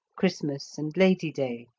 christmas, and lady-day.